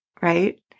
right